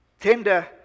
tender